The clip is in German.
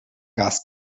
gas